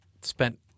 spent